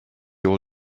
all